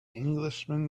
englishman